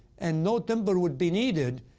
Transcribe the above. and no timber would be needed,